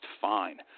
fine